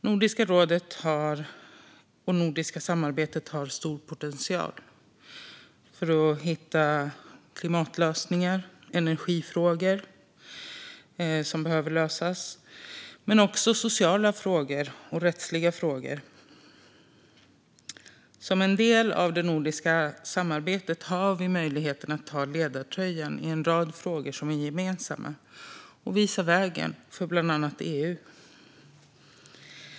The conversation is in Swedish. Nordiska rådet och det nordiska samarbetet har stor potential när det gäller att hitta klimatlösningar och lösa energifrågor men också sociala och rättsliga frågor. Som en del av det nordiska samarbetet har vi möjligheten att ta ledartröjan i en rad frågor som är gemensamma och visa vägen för bland annat EU.